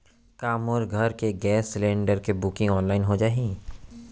का मोर घर के गैस सिलेंडर के बुकिंग ऑनलाइन हो जाही?